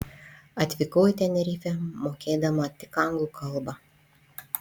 atvykau į tenerifę mokėdama tik anglų kalbą